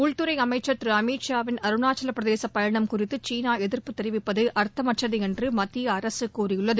உள்துறை அமைச்ச் திரு அமித்ஷா வின் அருணாச்சல பிரதேச பயணம் குறித்து சீனா எதிா்ப்பு தெரிவிப்பது அர்த்தமற்றது என்று மத்திய அரசு கூறியுள்ளது